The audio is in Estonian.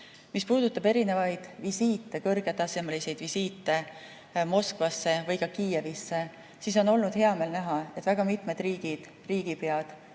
puudutab erinevaid visiite, kõrgetasemelisi visiite Moskvasse või ka Kiievisse, siis on olnud hea meel näha, et väga mitmed riigid, riigipead,